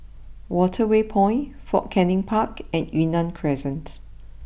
Waterway Point Fort Canning Park and Yunnan Crescent